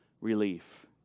relief